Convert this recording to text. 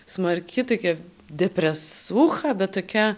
smarki tokia depresūcha bet tokia